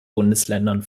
bundesländern